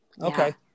Okay